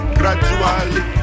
gradually